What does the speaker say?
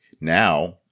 Now